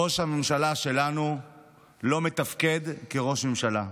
ראש הממשלה שלנו לא מתפקד כראש ממשלה.